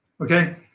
Okay